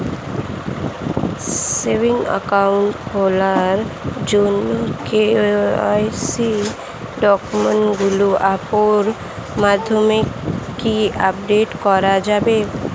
Savings account খোলার জন্য KYC ডকুমেন্টগুলো অ্যাপের মাধ্যমে কি আপডেট করা যাবে?